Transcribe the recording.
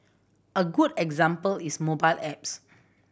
a good example is mobile apps